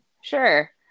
Sure